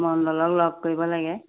মণ্ডলক লগ কৰিব লাগে